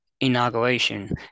inauguration